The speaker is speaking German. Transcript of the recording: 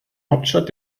hauptstadt